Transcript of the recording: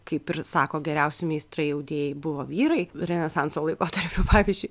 kaip ir sako geriausi meistrai audėjai buvo vyrai renesanso laikotarpiu pavyzdžiui